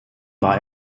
war